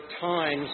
Times